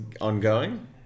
ongoing